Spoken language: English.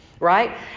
Right